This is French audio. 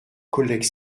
collègues